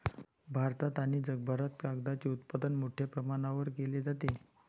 भारतात आणि जगभरात कागदाचे उत्पादन मोठ्या प्रमाणावर केले जाते